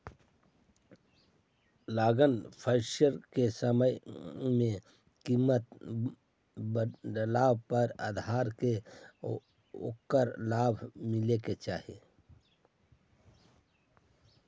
long finance में समान के कीमत बढ़ला पर धारक के ओकरा लाभ मिले के चाही